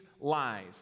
lies